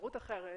אפשרות אחרת